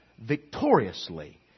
victoriously